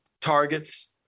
Targets